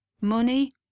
Money